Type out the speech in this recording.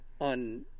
On